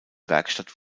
werkstatt